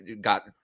got